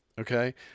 Okay